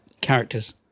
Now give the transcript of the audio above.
characters